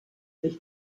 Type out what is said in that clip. sich